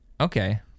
Okay